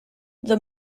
the